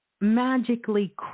magically